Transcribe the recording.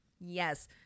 Yes